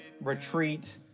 retreat